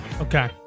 Okay